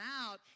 out